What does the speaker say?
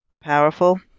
Powerful